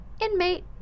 inmate